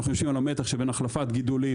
אנחנו יושבים על המתח שבין החלפת גידולים,